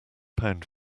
pound